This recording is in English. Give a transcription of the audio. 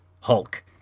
Hulk